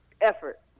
effort